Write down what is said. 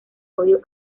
odio